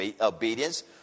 obedience